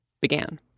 began